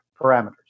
parameters